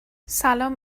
سلام